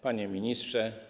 Panie Ministrze!